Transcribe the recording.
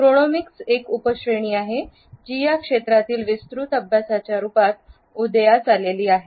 chronemics एक उपश्रेणी आहे जी या क्षेत्रातील विस्तृत अभ्यासाच्या रूपात उदयास आली आहे